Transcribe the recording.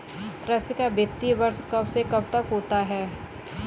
कृषि का वित्तीय वर्ष कब से कब तक होता है?